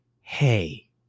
Hey